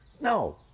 no